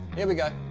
here we go.